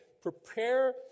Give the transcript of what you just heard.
prepare